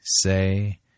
say